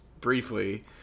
briefly